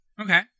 Okay